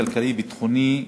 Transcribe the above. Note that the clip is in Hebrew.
הכלכלי והביטחוני,